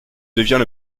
devient